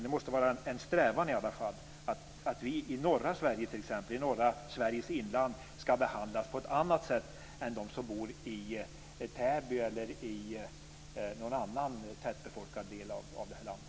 Det måste vara en strävan att vi i norra Sveriges inland skall behandlas på annat sätt än de som bor i Täby eller i någon annan tätbefolkad del av landet. Tack!